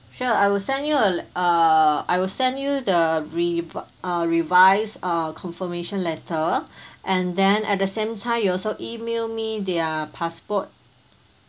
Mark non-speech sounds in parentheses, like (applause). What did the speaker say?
sure I will send you a uh I will send you the revi~ uh revised uh confirmation letter (breath) and then at the same time you also email me their passport